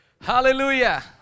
hallelujah